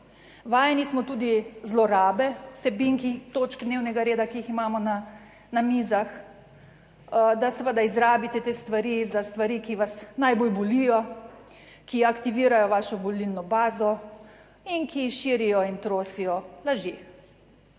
vajeni smo tudi zlorabe vsebin točk dnevnega reda, ki jih imamo na mizah, da seveda izrabite te stvari za stvari, ki vas najbolj bolijo, ki aktivirajo vašo volilno bazo, in ki širijo in trosijo laži.